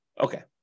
Okay